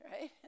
Right